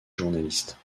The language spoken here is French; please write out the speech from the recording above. journaliste